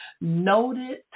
noted